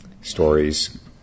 stories